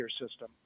system